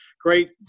Great